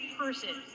person